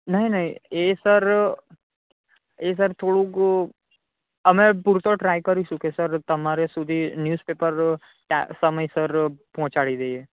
નહીં નહીં એ સર એ સર થોડુક અમે પૂરતો ટ્રાય કરીશું કે સર તમારે સુધી ન્યુઝપેપર સમયસર પહોંચાડી દઈએ